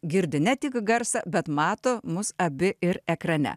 girdi ne tik garsą bet mato mus abi ir ekrane